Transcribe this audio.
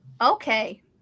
Okay